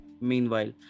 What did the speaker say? Meanwhile